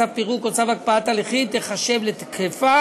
צו פירוק או צו הקפאת הליכים תיחשב לתקפה